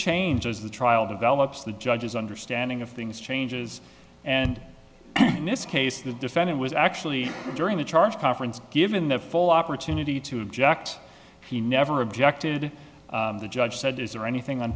change as the trial develops the judge's understanding of things changes and in this case the defendant was actually during the charge conference and given the full opportunity to object he never objected the judge said is there anything on